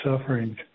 sufferings